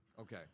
Okay